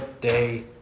day